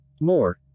More